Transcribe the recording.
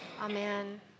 Amen